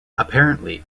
apparently